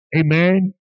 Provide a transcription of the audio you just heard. Amen